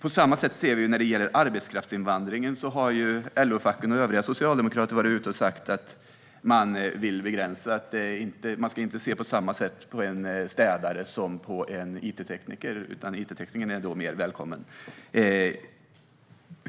Vad gäller arbetskraftsinvandringen har LO-facken och övriga socialdemokrater varit ute och sagt att man inte ska se på samma sätt på en städare som på en it-tekniker, utan it-teknikern är mer välkommen.